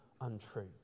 Untrue